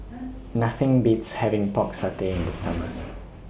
Nothing Beats having Pork Satay in The Summer